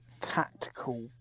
tactical